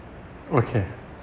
okay